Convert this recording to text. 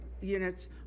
units